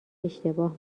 اشتباه